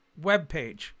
webpage